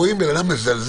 רואים בן אדם מזלזל,